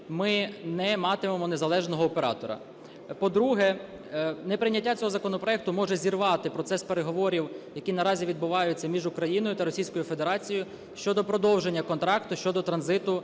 ми не матимемо незалежного оператора. По-друге, неприйняття цього законопроекту може зірвати процес переговорів, які наразі відбуваються між Україною та Російською Федерацією щодо продовження контракту щодо транзиту